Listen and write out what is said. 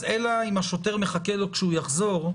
אלא אם השוטר מחכה לו שהוא יחזור,